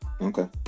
okay